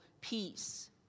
peace